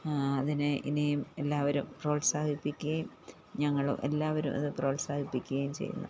അതിനെ ഇനിയും എല്ലാവരും പ്രോത്സാഹിപ്പിക്കുകയും ഞങ്ങൾ എല്ലാവരും അത് പ്രോത്സാഹിപ്പിക്കുകയും ചെയ്യുന്നു